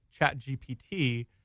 ChatGPT